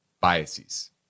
biases